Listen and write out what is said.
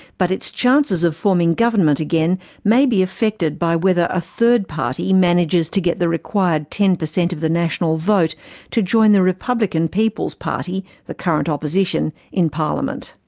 but its chances of forming government again may be affected by whether a third party manages to get the required ten percent of the national vote to join the republican people's party, the current opposition, in parliament.